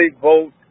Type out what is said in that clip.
vote